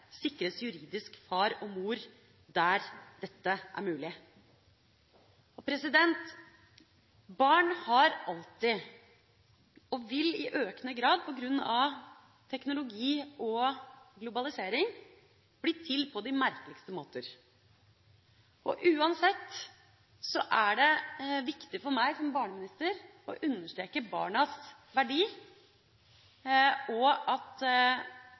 juridisk far og mor, der dette er mulig. Barn har alltid blitt til – og vil i økende grad, på grunn av teknologi og globalisering, bli til – på de merkeligste måter. Uansett er det viktig for meg som barneminister å understreke barnas verdi, og at